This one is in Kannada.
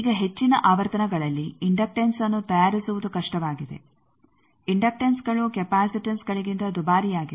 ಈಗ ಹೆಚ್ಚಿನ ಆವರ್ತನಗಳಲ್ಲಿ ಇಂಡಕ್ಟನ್ಸ್ಅನ್ನು ತಯಾರಿಸುವುದು ಕಷ್ಟವಾಗಿದೆ ಇಂಡಕ್ಟನ್ಸ್ ಗಳು ಕೆಪಾಸಿಟನ್ಸ್ಗಳಿಗಿಂತ ದುಬಾರಿಯಾಗಿದೆ